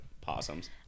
possums